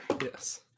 yes